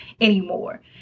anymore